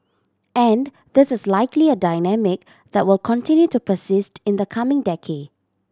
and this is likely a dynamic that will continue to persist in the coming decade